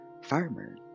farmer